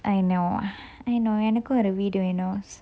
I know I know எனக்கும் ஒரு வீடு வேணும்:enakkum oru veedu venum